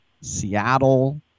Seattle